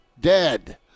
dead